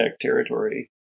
territory